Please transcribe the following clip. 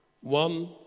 one